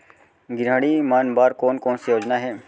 गृहिणी मन बर कोन कोन से योजना हे?